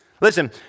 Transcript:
Listen